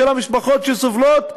של המשפחות שסובלות,